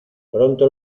pronto